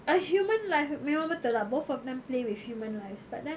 a human life memang betul lah both of them play with human lives but then